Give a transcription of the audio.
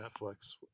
Netflix